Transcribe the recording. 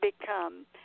become